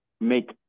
make